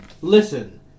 Listen